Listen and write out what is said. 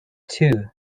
too